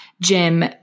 Jim